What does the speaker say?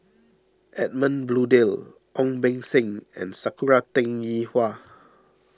Edmund Blundell Ong Beng Seng and Sakura Teng Ying Hua